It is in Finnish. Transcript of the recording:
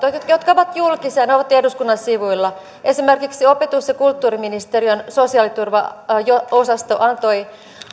jotka ovat julkisia ja eduskunnan sivuilla esimerkiksi opetus ja kulttuuriministeriön sosiaaliturvaosasto antoi